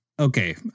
okay